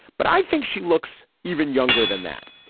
but i think she looks even younger than that.